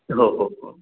हो हो हो